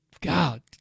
God